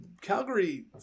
calgary